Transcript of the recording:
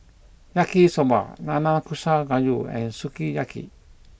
Yaki Soba Nanakusa Gayu and Sukiyaki